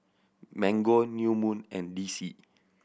Mango New Moon and D C